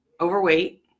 overweight